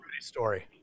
story